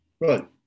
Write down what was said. Right